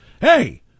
hey